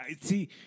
See